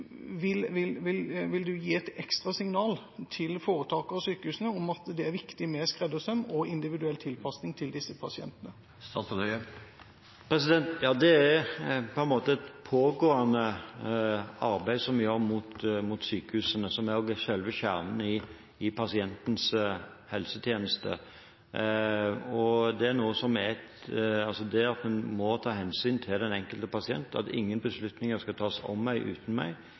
Vil han gi et ekstra signal til foretakene og sykehusene om at det er viktig med skreddersøm og individuell tilpasning for disse pasientene? Ja, det er på en måte et pågående arbeid som vi gjør mot sykehusene, som også er selve kjernen i pasientens helsetjeneste. Det at en må ta hensyn til den enkelte pasient, at ingen beslutninger skal tas om meg uten meg